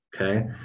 okay